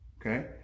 Okay